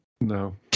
No